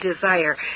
desire